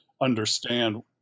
understand